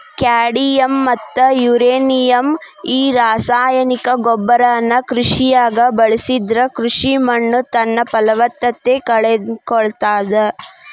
cadmium ಮತ್ತ uranium ಈ ರಾಸಾಯನಿಕ ಗೊಬ್ಬರನ ಕೃಷಿಯಾಗ ಬಳಸಿದ್ರ ಕೃಷಿ ಮಣ್ಣುತನ್ನಪಲವತ್ತತೆ ಕಳಕೊಳ್ತಾದ